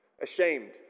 ashamed